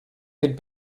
could